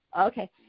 Okay